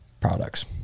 products